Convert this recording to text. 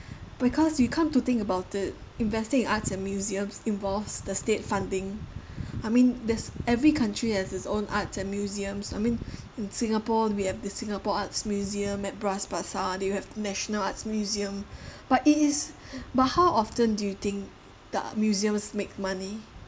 because you come to think about it investing in arts and museums involves the state funding I mean there's every country has its own art arts and museums I mean in singapore we have the singapore arts museum at bras basah they have national arts museum but it is but how often do you think museums make money